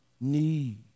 need